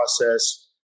process